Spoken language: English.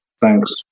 Thanks